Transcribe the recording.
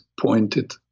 pointed